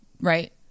Right